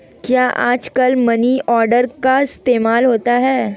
क्या आजकल money order का इस्तेमाल होता है?